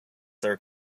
their